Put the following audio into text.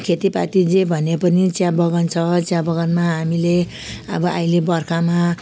खेतीपाती जे भने पनि चियाबगान छ चियाबगानमा हामीले अब अहिले बर्खामा